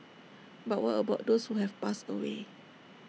but what about those who have passed away